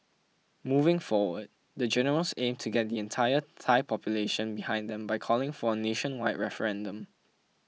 moving forward the generals aim to get the entire Thai population behind them by calling for a nationwide referendum